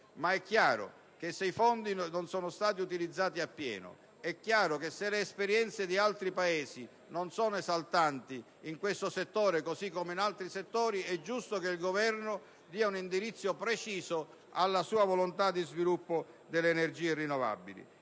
È chiaro però che se i fondi non sono stati utilizzati pienamente e se le esperienze di altri Paesi non sono esaltanti in questo settore, così come in altri, è giusto che il Governo dia un indirizzo preciso alla sua volontà di sviluppo delle energie rinnovabili.